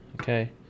Okay